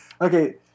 Okay